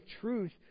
truth